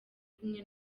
kumwe